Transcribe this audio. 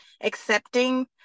accepting